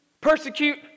persecute